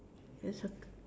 your soccer